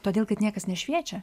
todėl kad niekas nešviečia